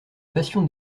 passion